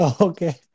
Okay